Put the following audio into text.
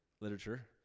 literature